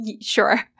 sure